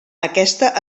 aquesta